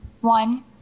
One